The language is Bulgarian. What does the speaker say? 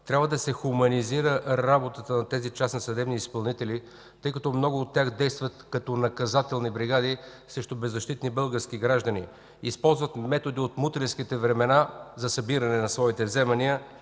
Трябва да се хуманизира работата на тези частни съдебни изпълнители, тъй като много от тях действат като наказателни бригади срещу беззащитни български граждани, използват методи от мутренските времена за събиране на своите вземания.